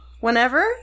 whenever